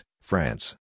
France